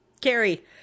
carrie